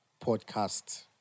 podcast